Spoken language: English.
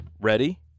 Ready